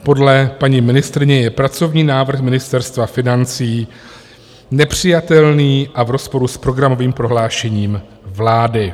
Podle paní ministryně je pracovní návrh Ministerstva financí nepřijatelný a v rozporu s programovým prohlášením vlády.